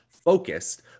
focused